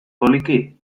poliki